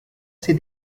ses